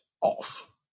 off